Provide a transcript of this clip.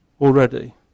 already